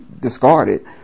discarded